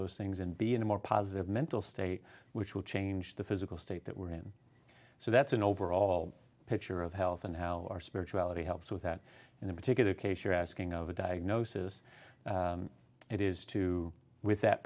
those things and be in a more positive mental state which will change the physical state that we're in so that's an overall picture of health and how our spirituality helps with that and in particular case you're asking of a diagnosis it is to with that